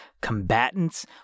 combatants